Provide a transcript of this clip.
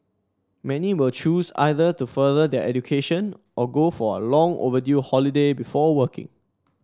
many will choose either to further their education or go for a long overdue holiday before working